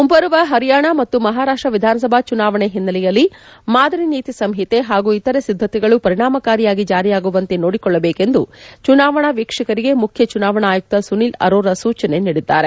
ಮುಂಬರುವ ಪರಿಯಾಣ ಮತ್ತು ಮಪಾರಾಷ್ಷ ವಿಧಾನಸಭಾ ಚುನಾವಣೆಯ ಹಿನ್ನೆಲೆಯಲ್ಲಿ ಮಾದರಿ ನೀತಿ ಸಂಹಿತೆ ಪಾಗೂ ಇತರೆ ಸಿದ್ದತೆಗಳು ಪರಿಣಾಮಕಾರಿಯಾಗಿ ಜಾರಿಯಾಗುವಂತೆ ನೋಡಿಕೊಳ್ಳಬೇಕು ಎಂದು ಚುನಾವಣಾ ವೀಕ್ಷಕರಿಗೆ ಮುಖ್ಯ ಚುನಾವಣೆ ಆಯುಕ್ತ ಸುನಿಲ್ ಅರೋರಾ ಸೂಚನೆ ನೀಡಿದ್ದಾರೆ